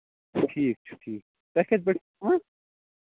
ٹھیٖک چھُ ٹھیٖک چھُ تۄہہِ کَتہِ پٮ۪ٹھٕ چھُ اَنُن